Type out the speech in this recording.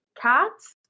Cats